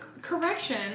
Correction